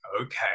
okay